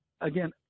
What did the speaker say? again